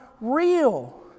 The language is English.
real